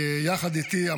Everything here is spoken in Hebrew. יחד איתי.